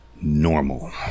normal